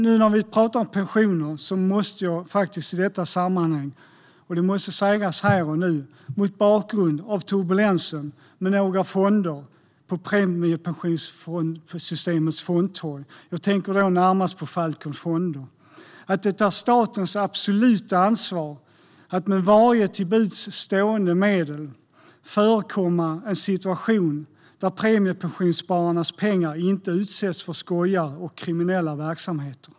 Nu när vi talar om pensioner måste jag i detta sammanhang säga, här och nu, mot bakgrund av turbulensen med några fonder på premiepensionssystemets fondtorg - jag tänker närmast på Falcon Funds - att det är statens absoluta ansvar att med varje till buds stående medel föregripa situationer så att premiepensionsspararnas pengar inte utsätts för skojare och kriminella verksamheter.